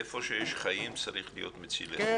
איפה שיש חיים, צריך להיות מצילי חיים.